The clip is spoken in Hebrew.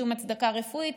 שום הצדקה רפואית,